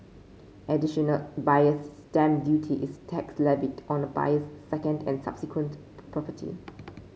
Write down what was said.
additional Buyer's Stamp Duty is tax levied on a buyer's second and subsequent property